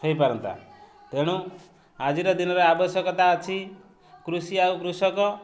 ହେଇ ପାରନ୍ତା ତେଣୁ ଆଜିର ଦିନରେ ଆବଶ୍ୟକତା ଅଛି କୃଷି ଆଉ କୃଷକ